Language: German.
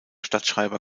stadtschreiber